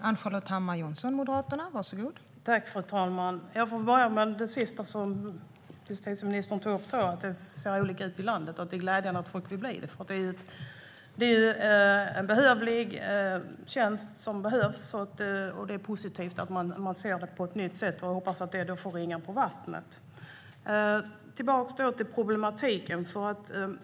Fru talman! Jag börjar med det sista justitieministern tog upp, nämligen att det ser olika ut på olika ställen i landet. Det är glädjande att folk vill bli god man. Det är en tjänst som behövs, och det är positivt att folk ser på den på ett nytt sätt. Jag hoppas att det får ringar på vattnet. Låt mig då gå tillbaka till problemet.